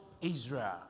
Israel